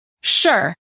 sure